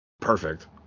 perfect